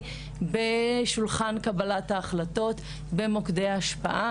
בשולחן קבלת ההחלטות במוקדי ההשפעה.